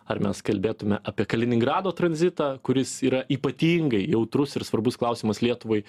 ar mes kalbėtume apie kaliningrado tranzitą kuris yra ypatingai jautrus ir svarbus klausimas lietuvai